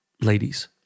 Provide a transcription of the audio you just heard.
ladies